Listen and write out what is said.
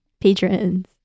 Patrons